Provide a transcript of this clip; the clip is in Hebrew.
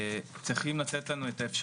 הוא שולח אלי את המטופלים.